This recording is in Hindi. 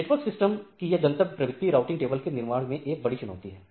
नेटवर्क सिस्टम की यह गत्यात्मक प्रवृत्ति राऊटिंग टेबल के निर्माण में एक बड़ी चुनौती है